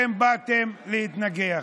אתם באתם להתנגח.